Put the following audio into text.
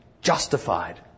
justified